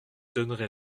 donnerai